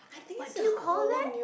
what do you call that